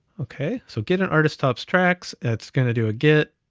okay, so get an artist's top tracks. it's gonna do a get,